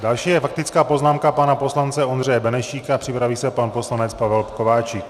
Další je faktická poznámka pana poslance Ondřeje Benešíka, připraví se pan poslanec Pavel Kováčik.